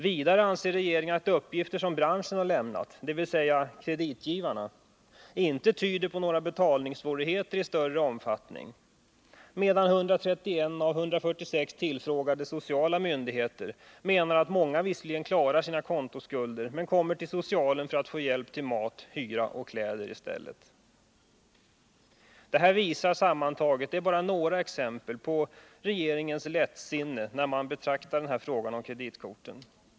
Vidare anser regeringen att de uppgifter som branschen, dvs. kreditgivarna, lämnat inte tyder på några betalningssvårigheter av större omfattning, medan 131 av 146 tillfrågade sociala myndigheter menar att många visserligen klarar sina kontoskulder men i stället kommer till socialen för att få hjälp till mat, hyra och kläder. G Detta är bara några exempel på regeringens lättsinne när det gäller frågan om kreditkorten.